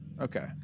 Okay